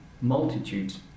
multitudes